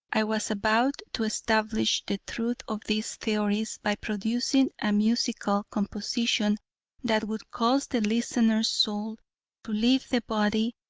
i was about to establish the truth of these theories by producing a musical composition that would cause the listener's soul to leave the body,